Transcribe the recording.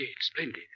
splendid